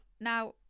now